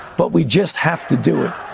but we just have to do it.